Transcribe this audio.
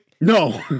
No